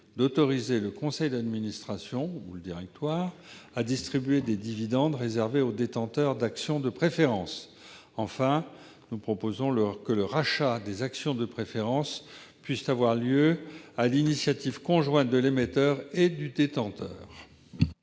d'autoriser le conseil d'administration ou le directoire à distribuer des dividendes réservés aux détenteurs d'actions de préférence. Enfin, nous proposons que le rachat des actions de préférence ne puisse avoir lieu que sur l'initiative conjointe de l'émetteur et du détenteur.